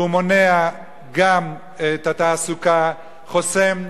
והוא מונע גם את התעסוקה, חוסם,